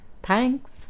Thanks